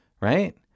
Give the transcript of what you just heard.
right